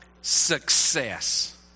success